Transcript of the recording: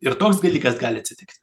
ir toks dalykas gali atsitikti